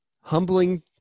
humbling